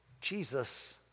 Jesus